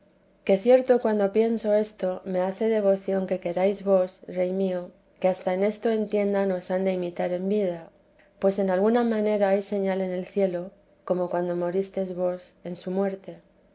que cierto cuando pienso esto me hace devoción que queráis vos rey mío que hasta en esto entiendan os han de imitar en vida pues en alguna manera hay señal en el cielo como cuando moristes vos en su muerte